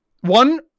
one